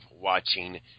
watching